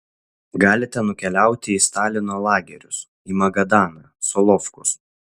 galite nukeliauti į stalino lagerius į magadaną solovkus